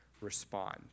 respond